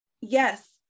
Yes